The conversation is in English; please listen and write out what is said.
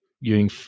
using